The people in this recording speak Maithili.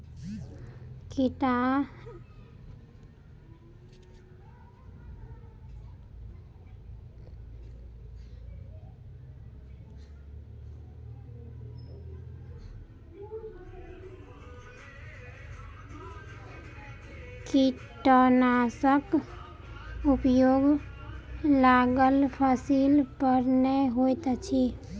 कीटनाशकक उपयोग लागल फसील पर नै होइत अछि